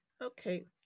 Okay